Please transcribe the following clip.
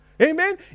Amen